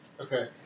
Okay